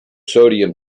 sodium